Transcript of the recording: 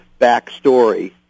backstory